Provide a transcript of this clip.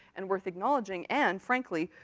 and worth acknowledging, and, frankly,